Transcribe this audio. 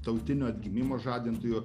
tautinio atgimimo žadintojų